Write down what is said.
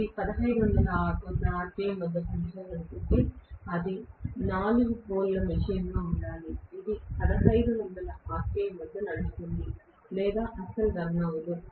ఇది 1500 rpm వద్ద పని చేయాలంటే అది 4 పోల్ మెషీన్గా ఉండాలి ఇది 1500 rpm వద్ద నడుస్తుంది లేదా అస్సలు రన్ అవ్వదు